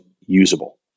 usable